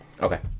Okay